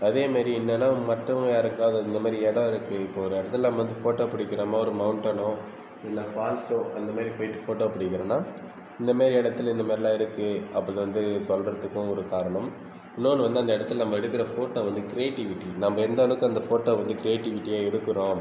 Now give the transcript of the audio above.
அதே மாரி என்னென்னா மற்றவங்க யாருக்காவது இந்த மாதிரி இடம் இருக்குது இப்போது ஒரு இடத்துல நம் வந்து ஃபோட்டோ பிடிக்கறமோ ஒரு மௌன்ட்டனோ இல்லை ஃபால்ஸோ அந்த மாரி போய்விட்டு ஃபோட்டோ பிடிக்கறோனா இந்த மாரி இடத்துல இந்த மாதிரிலா இருக்குது அப்படி வந்து சொல்கிறதுக்கும் ஒரு காரணம் இன்னொன்று வந்து அந்த இடத்துல நம்ம எடுக்கிற ஃபோட்டோ வந்து க்ரியேட்டிவிட்டி நம்ம எந்த அளவுக்கு அந்த ஃபோட்டோ வந்து க்ரியேட்டிவிட்டியாக எடுக்கிறோம்